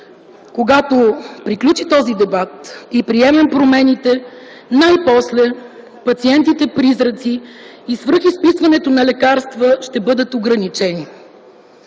Когато приключи този дебат и приемем промените, най-после пациентите-призраци и свръхизписването на лекарства ще бъдат ограничени.